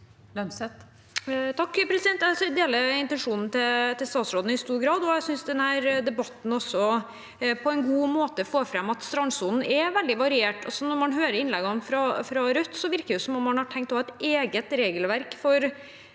(H) Jeg deler inten- sjonen til statsråden i stor grad, og jeg synes denne debatten også på en god måte får fram at strandsonen er veldig variert. Når man hører innleggene fra Rødt, virker det som om man har tenkt å ha et eget regelverk for